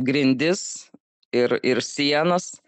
grindis ir ir sienas